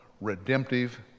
redemptive